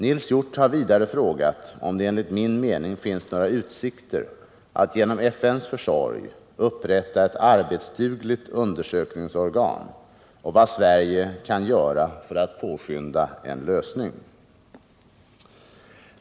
Nils Hjorth har vidare frågat om det enligt min mening finns några utsikter att genom FN:s försorg upprätta ett arbetsdugligt undersökningsorgan och vad Sverige kan göra för att påskynda en lösning.